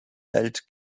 bellt